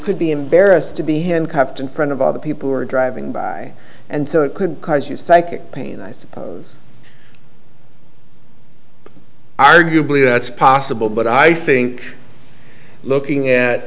could be embarrassed to be handcuffed in front of other people who are driving by and so it could cause you psychic pain i suppose arguably that's possible but i think looking at